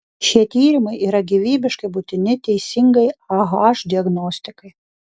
šie tyrimai yra gyvybiškai būtini teisingai ah diagnostikai